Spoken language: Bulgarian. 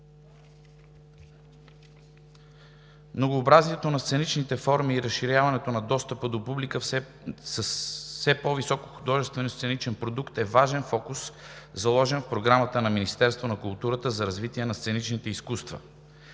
Многообразието на сценичните форми и разширяването на достъпа на публиката до все по-висок художествено-сценичен продукт е важен фокус, заложен в програмата на Министерство на културата за развитие на сценичните изкуства